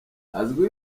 azwiho